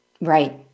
Right